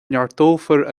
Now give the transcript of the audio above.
neartófar